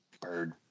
bird